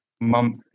month